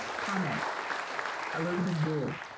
comment elizabeth gould.